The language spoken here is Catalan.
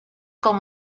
com